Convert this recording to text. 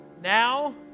Now